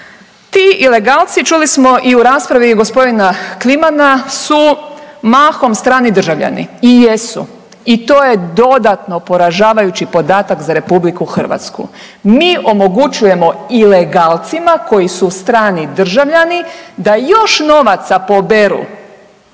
Ti ilegalci čuli smo i u raspravi gospodina Klimana su mahom strani državljani, i jesu, i to je dodatno poražavajući podatak za RH. Mi omogućujemo ilegalcima koji su strani državljani da još novaca poberu